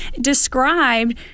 described